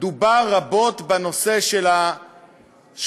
דובר רבות בנושא של השחיתות,